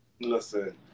Listen